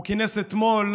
הוא כינס אתמול,